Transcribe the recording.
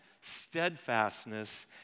steadfastness